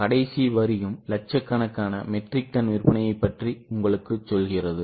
கடைசி வரியும் லட்சக்கணக்கான மெட்ரிக் டன் விற்பனையைப் பற்றி உங்களுக்குச் சொல்கிறது